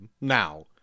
now